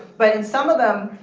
but in some of them,